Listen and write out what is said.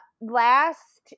last